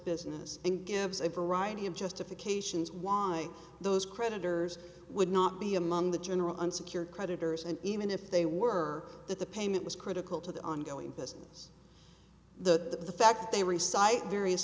business and gives a variety of justifications why those creditors would not be among the general unsecured creditors and even if they were that the payment was critical to the ongoing business the fact that they recycle various